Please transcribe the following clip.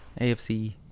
AFC